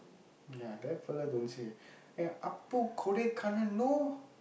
ya that fellow don't say eh Appu Kodaikanal no